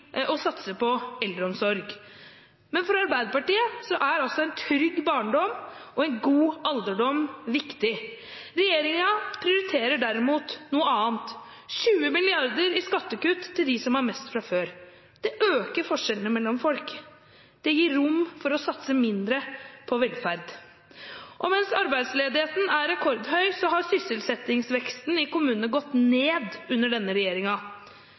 og satse på eldreomsorg. Men for Arbeiderpartiet er altså en trygg barndom og en god alderdom viktig. Regjeringen prioriterer derimot noe annet – 20 mrd. kr i skattekutt til dem som har mest fra før. Det øker forskjellene mellom folk. Det gir rom for å satse mindre på velferd. Og mens arbeidsledigheten er rekordhøy, har sysselsettingsveksten i kommunene gått ned under denne